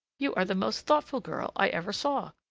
you are the most thoughtful girl i ever saw.